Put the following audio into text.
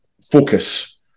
focus